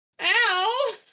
Ow